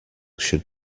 should